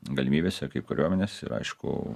galimybėse kaip kariuomenės ir aišku